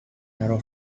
narrow